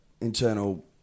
internal